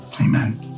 amen